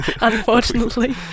unfortunately